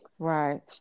Right